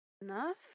Enough